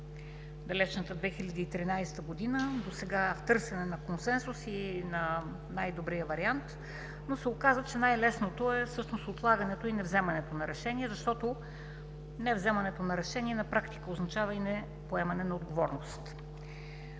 далечната 2013 г. в търсене на консенсус и на най-добрия вариант. Оказа се, че най-лесното всъщност е отлагането и невземането на решение, защото невземането на решение на практика означава и непоемане на отговорност.